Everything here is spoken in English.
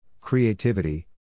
creativity